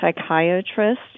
psychiatrist